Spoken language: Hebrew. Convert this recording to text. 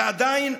ועדיין,